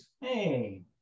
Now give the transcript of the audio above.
Hey